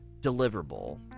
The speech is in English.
deliverable